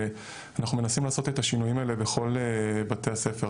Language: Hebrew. ואנחנו מנסים לעשות את השינויים האלה בכל בתי הספר,